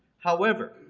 however,